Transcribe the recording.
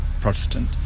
Protestant